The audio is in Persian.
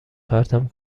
پرتم